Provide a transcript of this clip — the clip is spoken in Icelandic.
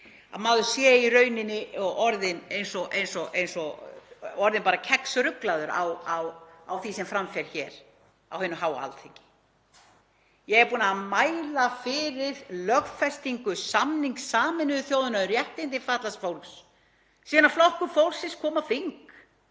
að maður sé í rauninni orðinn bara kexruglaður á því sem fram fer hér á hinu háa Alþingi? Ég er búin að mæla fyrir lögfestingu samnings Sameinuðu þjóðanna um réttindi fatlaðs fólks síðan Flokkur fólksins kom á þing,